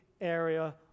area